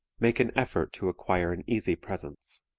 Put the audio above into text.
make an effort to acquire an easy presence.